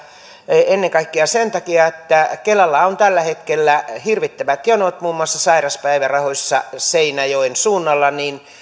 ennen kaikkea sen takia että kelalla on tällä hetkellä hirvittävät jonot muun muassa sairauspäivärahoissa seinäjoen suunnalla